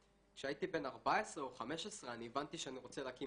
וכשהייתי בן 14 או 15 הבנתי שאני רוצה להקים